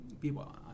people